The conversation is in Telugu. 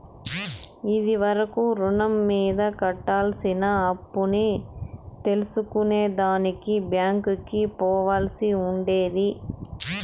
ఇది వరకు రుణం మీద కట్టాల్సిన అప్పుని తెల్సుకునే దానికి బ్యాంకికి పోవాల్సి ఉండేది